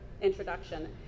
introduction